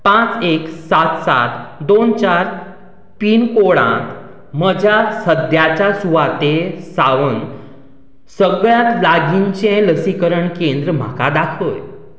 पांच एक सात सात दोन चार पिनकोडांत म्हज्या सद्याच्या सुवाते सावन सगळ्यांत लागींचें लसीकरण केंद्र म्हाका दाखय